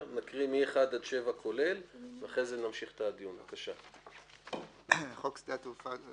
במקום "בסעיפים 2 ו-3" ובכלל זה שטח המסוף הזמני "לפי סעיף 2". תיקון